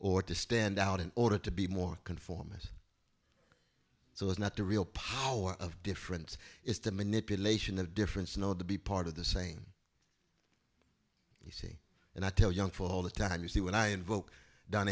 or to stand out in order to be more conformist so as not to real power of difference is the manipulation of difference not to be part of the same you see and i tell young for all the time you see when i invoke don